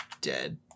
dead